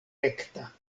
rekta